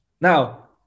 Now